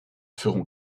feront